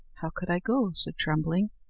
how could i go? said trembling.